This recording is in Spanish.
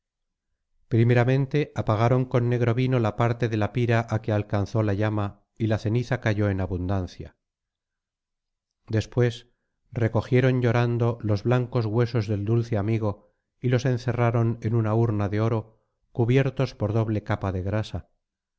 primeramente apagaron con negro vino la parte de la pira á que alcanzó la llama y lá ceniza cayó en abundancia después recogieron llorando los blancos huesos del dulce amigo y los encerraron en una urna de oro cubiertos por doble capa de grasa